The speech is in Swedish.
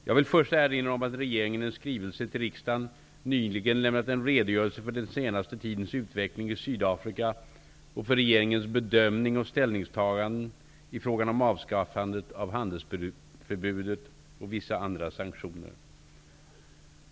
Jag vill först erinra om att regeringen i en skrivelse till riksdagen nyligen lämnat en redogörelse för den senaste tidens utveckling i Sydafrika och för regeringens bedömning och ställningstaganden i frågan om avskaffandet av handelsförbudet och vissa andra sanktioner.